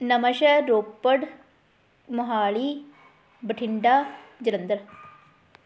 Nawanshahr Ropar Mohali Bathinda Jalandhar